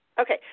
okay